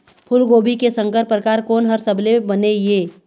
फूलगोभी के संकर परकार कोन हर सबले बने ये?